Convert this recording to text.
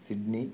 Sydney